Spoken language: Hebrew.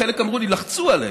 חלק אמרו לי שלחצו עליהם.